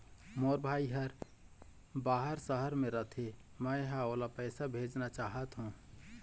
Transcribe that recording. मोर भाई हर बाहर शहर में रथे, मै ह ओला पैसा भेजना चाहथों